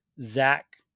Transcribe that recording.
Zach